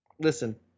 listen